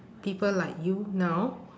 people like you now